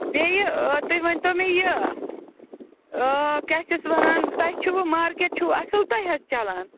بیٚیہِ آ تُہۍ ؤنۍتَو مےٚ یہِ آ کیٛاہ چھِ اَتھ وَنان تۄہہِ چھُوٕ مارکیٚٹ چھُوٕ اصٕل تۄہہِ حظ چَلان